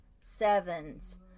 sevens